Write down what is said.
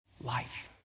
Life